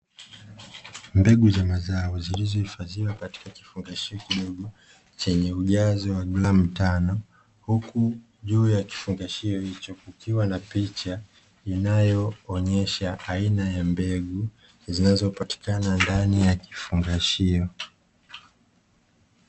Mbegu za mazao zilizohifadhiwa katika kifungashio kidogo chenye ujazo wa gramu tano , huku juu ya kifungashio hicho kukiwa na picha inayoonyesha aina ya mbegu zinazopatikana ndani ya kifungashio.